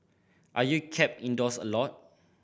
are you kept indoors a lot